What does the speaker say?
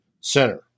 center